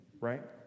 right